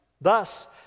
Thus